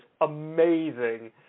amazing